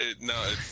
no